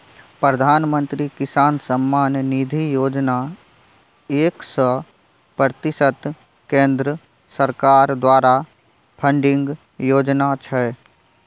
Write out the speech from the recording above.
प्रधानमंत्री किसान सम्मान निधि योजना एक सय प्रतिशत केंद्र सरकार द्वारा फंडिंग योजना छै